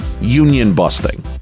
union-busting